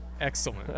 Excellent